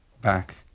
back